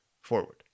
forward